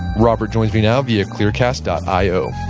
robert joins me now via clearcast ah io